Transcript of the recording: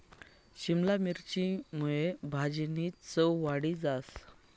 शिमला मिरची मुये भाजीनी चव वाढी जास